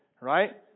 right